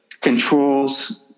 controls